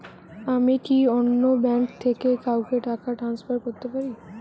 আমি কি অন্য ব্যাঙ্ক থেকে কাউকে টাকা ট্রান্সফার করতে পারি?